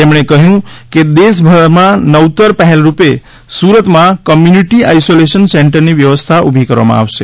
તેમણે કહ્યું દેશભરમાં નવતર પહેલરૂપે સુરતમાં કોમ્યુનિટી આઈસોલેશન સેન્ટરની વ્યવસ્થા ઊભી કરવામાં આવશે